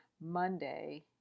monday